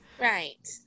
Right